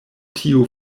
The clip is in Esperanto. tiu